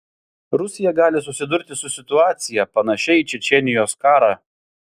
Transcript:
rusija gali susidurti su situacija panašia į čečėnijos karą